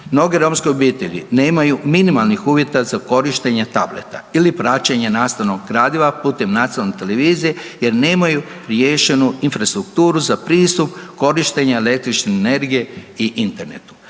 Mnoge romske obitelji nemaju minimalnih uvjeta za korištenje tableta ili praćenja nastavnog gradiva putem nacionalne televizije jer nemaju riješenu infrastrukturu za pristup korištenja električne energije i interneta,